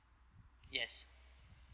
yes